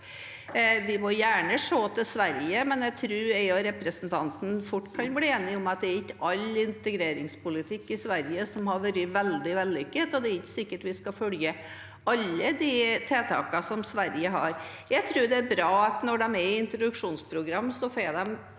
Vi må gjerne se til Sverige, men jeg tror jeg og representanten fort kan bli enige om at det ikke er all integreringspolitikk i Sverige som har vært veldig vellykket, og det er ikke sikkert vi skal følge alle de tiltakene som Sverige har. Jeg tror det er bra at når de er i introduksjonsprogram, får de